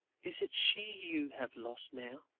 is it she you have lost now?